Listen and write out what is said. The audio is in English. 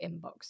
inbox